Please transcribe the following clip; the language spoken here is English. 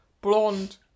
blonde